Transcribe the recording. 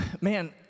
man